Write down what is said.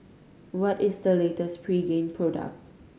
what is the latest Pregain product